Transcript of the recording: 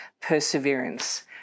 perseverance